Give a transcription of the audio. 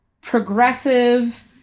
progressive